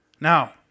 Now